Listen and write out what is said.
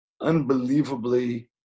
unbelievably